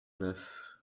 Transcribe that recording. neuf